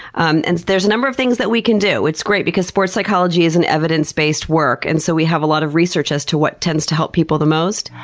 um and there's a number of things we can do. it's great because sports psychology is an evidence-based work and so we have a lot of research as to what tends to help people the most.